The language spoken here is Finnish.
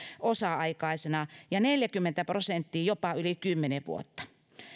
osa aikaisena ja neljäkymmentä prosenttia jopa yli kymmenen vuotta